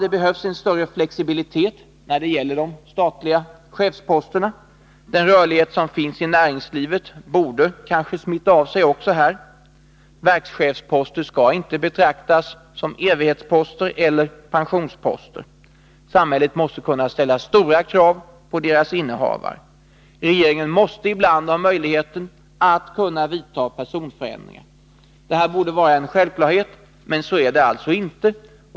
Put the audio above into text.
Det behövs en större flexibilitet när det gäller de statliga chefsposterna. Den rörlighet som finns i näringslivet borde kanske smitta av sig också här. Verkschefsposter skall icke betraktas som evighetsposter eller pensionsposter. Samhället måste kunna ställa stora krav på deras innehavare. Regeringen måste ibland kunna vidta snabba personförändringar. Detta borde var en självklarhet, men så är det alltså inte.